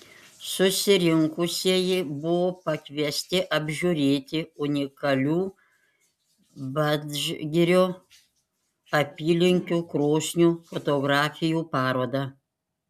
susirinkusieji buvo pakviesti apžiūrėti unikalių vadžgirio apylinkių krosnių fotografijų parodą